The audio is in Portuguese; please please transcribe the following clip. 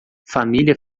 família